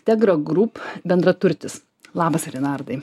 tegra grūp bendraturtis labas rinardai